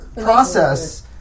process